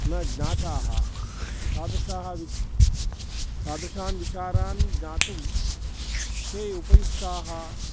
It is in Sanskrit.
न ज्ञाताः तादृशः वि तादृशान् विचारान् ज्ञातुं ते उपयुक्ताः